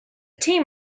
team